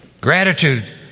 Gratitude